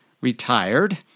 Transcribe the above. retired